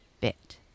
bit